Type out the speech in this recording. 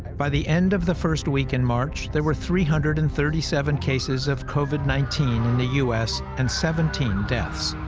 by the end of the first week in march, there were three hundred and thirty seven cases of covid nineteen in the u s, and seventeen deaths.